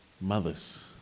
mothers